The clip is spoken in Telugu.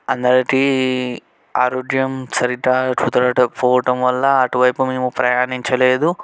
అందరికీ ఆరోగ్యం సరిగ్గా కుదరట పోవటం వల్ల అటువైపు మేము ప్రయాణించలేదు